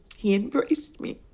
he embraced me,